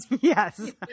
Yes